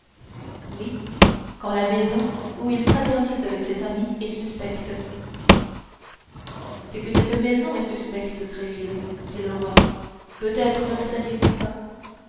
oui quand la maison où il fraternise avec cet ami est suspecte c'est que cette maison est suspecte tréville dit le roi peut-être ne le saviez-vous pas